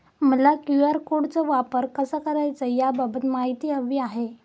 मला क्यू.आर कोडचा वापर कसा करायचा याबाबत माहिती हवी आहे